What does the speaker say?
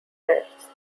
fares